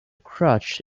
crutch